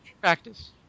practice